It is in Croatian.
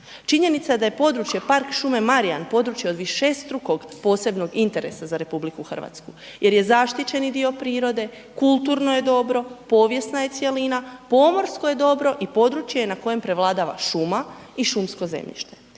Činjenica da je područje Park šume Marjan područje od višestrukog posebnog interesa za RH jer je zaštićeni dio prirode, kulturno je dobro, povijesna je cjelina, pomorsko je dobro i područje na kojem prevladava šuma i šumsko zemljište.